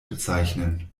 bezeichnen